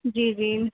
جی جی